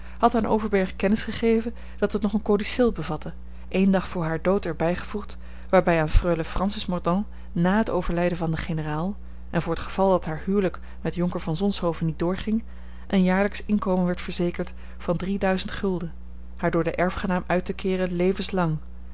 had aan overberg kennis gegeven dat het nog een codicil bevatte één dag voor haar dood er bijgevoegd waarbij aan freule francis mordaunt na het overlijden van den generaal en voor t geval dat haar huwelijk met jonker van zonshoven niet doorging een jaarlijksch inkomen werd verzekerd van drie duizend gulden haar door den erfgenaam uit te keeren levenslang